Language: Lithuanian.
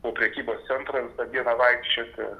po prekybos centrą dieną vaikščioti